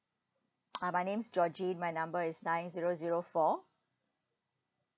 uh my name's georgie my number is nine zero zero four